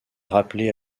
rappelé